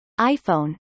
iPhone